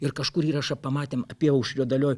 ir kažkur įrašą pamatėm apyaušrio dalioj